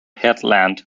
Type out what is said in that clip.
headland